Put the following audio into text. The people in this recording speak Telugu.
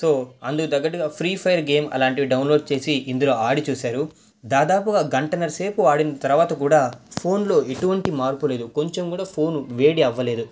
సో అందుకు తగ్గట్టుగా ఫ్రీ ఫైర్ గేమ్ అలాంటివి డౌన్లోడ్ చేసి ఇందులో ఆడి చూసారు దాదాపుగా గంటన్నర సేపు ఆడిన తర్వాత కూడా ఫోన్లో ఎటువంటి మార్పు లేదు కొంచెం కూడా ఫోన్ వేడి అవ్వలేదు